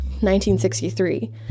1963